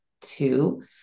two